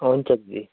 हुन्छ दिदी